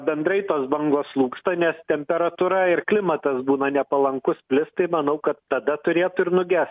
bendrai tos bangos slūgsta nes temperatūra ir klimatas būna nepalankus plist tai manau kad tada turėtų ir nugest